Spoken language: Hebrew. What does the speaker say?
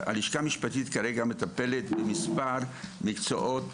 הלשכה המשפטית כרגע מטפלת במספר מקצועות